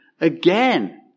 again